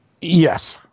Yes